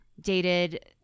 dated